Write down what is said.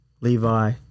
Levi